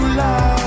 love